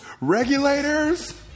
regulators